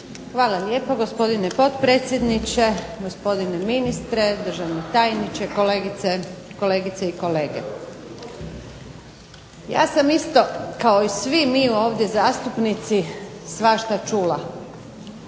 Hvala lijepo gospodine potpredsjedniče, gospodine ministre, državni tajniče, kolegice i kolege. Ja sam isto kao i svi mi ovdje zastupnici svašta čula.